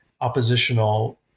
oppositional